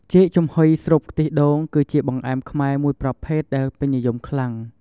ចេកចំហុយស្រូបខ្ទិះដូង គឺជាបង្អែមខ្មែរមួយប្រភេទដែលពេញនិយមខ្លាំង។